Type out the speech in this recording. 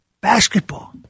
Basketball